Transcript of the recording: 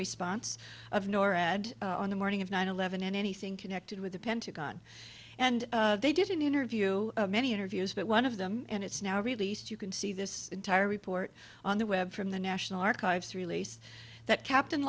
response of norad on the morning of nine eleven and anything connected with the pentagon and they did an interview many interviews but one of them and it's now released you can see this entire report on the web from the national archives released that captain